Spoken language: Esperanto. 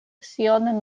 sian